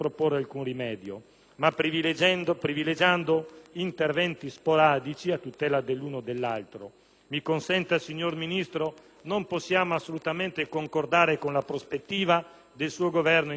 ma privilegiando interventi sporadici a tutela dell'uno o dell'altro, mi consenta, signor Ministro, non possiamo assolutamente concordare con la prospettiva delineata dal suo Governo in tema di giustizia.